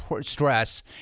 Stress